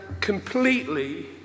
completely